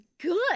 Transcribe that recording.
good